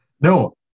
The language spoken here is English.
No